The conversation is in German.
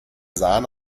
sahen